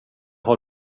har